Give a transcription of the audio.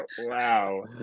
Wow